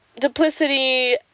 Duplicity